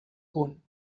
punt